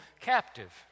captive